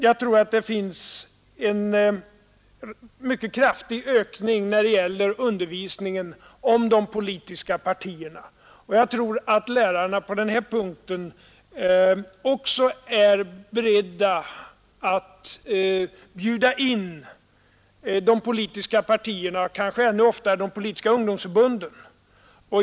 Jag tror att det skett en mycket kraftig ökning när det gäller undervisningen om de politiska partierna, och jag tror att lärarna på den här punkten ocksa är beredda att bjuda in de politiska partierna — och kanske ännu oftare de politiska ungdomsförbunden.